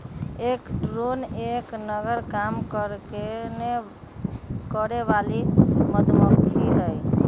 एक ड्रोन एक नर काम करे वाली मधुमक्खी हई